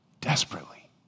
desperately